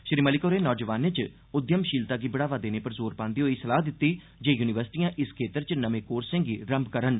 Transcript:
श्री मलिक होरें नौजवानें च उद्यमशीलता गी बढ़ावा देने पर जोर पांदे होई सलाह दिती जे यूनिवर्सिटियां इस क्षेत्र च नमें कोर्सें गी रम्भ करन